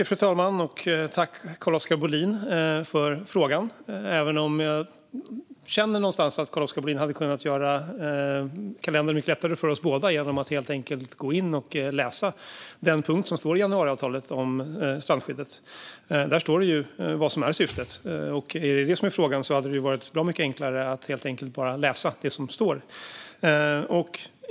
Fru talman! Tack, Carl-Oskar Bohlin, för frågan! Jag känner dock någonstans att Carl-Oskar Bohlin hade kunnat göra kalendern lättare för oss båda genom att helt enkelt gå in och läsa den punkt om strandskyddet som finns i januariavtalet. Där står vad som är syftet, och om det är det som är frågan hade det varit bra mycket enklare att bara läsa det som står.